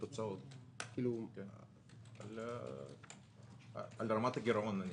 על רמת הגירעון?